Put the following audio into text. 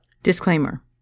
Disclaimer